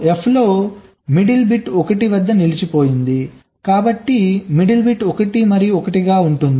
F లో middle bit 1 వద్ద నిలిచిపోయింది కాబట్టి మిడిల్ బిట్ 1 మరియు 1 గా ఉంటుంది